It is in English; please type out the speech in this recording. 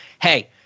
hey